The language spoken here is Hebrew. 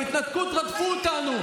בהתנתקות רדפו אותנו.